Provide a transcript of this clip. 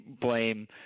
blame